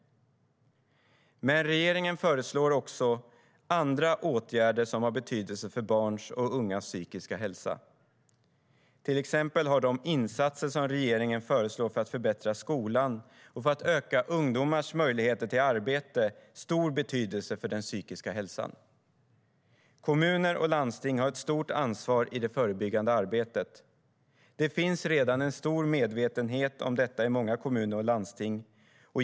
Men regeringen föreslår också andra åtgärder som har betydelse för barns och ungas psykiska hälsa. Till exempel har de insatser som regeringen föreslår för att förbättra skolan och för att öka ungdomars möjlighet till arbete stor betydelse för den psykiska hälsan. Kommuner och landsting har ett stort ansvar i det förebyggande arbetet. Det finns redan en stor medvetenhet om detta i många kommuner och landsting.